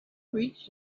reached